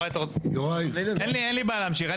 אין לי בעיה להמשיך.